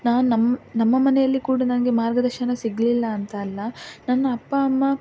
ನಾನು ನಮ್ಮ ನಮ್ಮ ಮನೆಯಲ್ಲಿ ಕೂಡ ನನಗೆ ಮಾರ್ಗದರ್ಶನ ಸಿಗಲಿಲ್ಲ ಅಂತ ಅಲ್ಲ ನನ್ನ ಅಪ್ಪ ಅಮ್ಮ